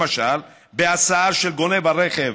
למשל בהסעה של גונב הרכב